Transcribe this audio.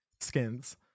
skins